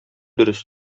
дөрес